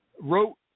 wrote